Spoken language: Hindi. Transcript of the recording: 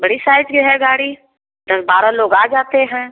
बड़ी साइज के है गाड़ी दस बारह लोग आ जाते हैं